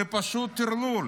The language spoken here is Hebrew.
זה פשוט טרלול.